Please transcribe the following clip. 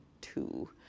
two